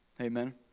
Amen